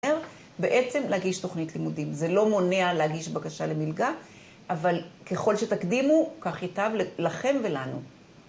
בעצם להגיש תוכנית לימודים. זה לא מונע להגיש בקשה למלגה, אבל ככל שתקדימו, כך יטב לכם ולנו.